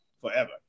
forever